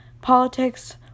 politics